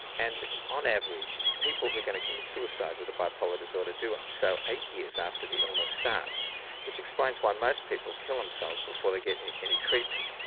and on average, people who are going to commit suicide with a bipolar disorder do so eight years after the illness starts which explains why most people kill themselves before they get any treatment.